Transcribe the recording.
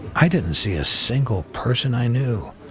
i didn't see a single person i knew.